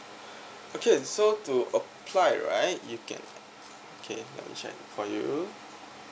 okay so to apply right you can err okay let me check for you